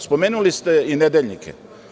Spomenuli ste i nedeljnike.